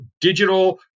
digital